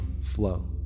flow